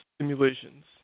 simulations